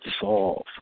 solve